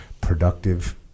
productive